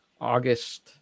August